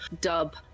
dub